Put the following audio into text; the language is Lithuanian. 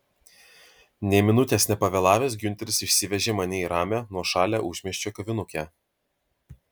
nė minutės nepavėlavęs giunteris išsivežė mane į ramią nuošalią užmiesčio kavinukę